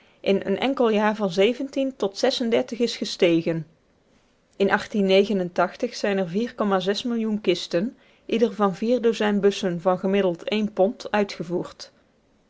in een enkel jaar van tot is gestegen in zijn er vier komma millioen kisten ieder van dozijn bussen van gemiddeld één pond uitgevoerd